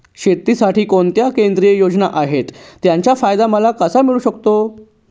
शेतीसाठी कोणत्या केंद्रिय योजना आहेत, त्याचा फायदा मला कसा मिळू शकतो?